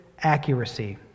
accuracy